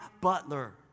butler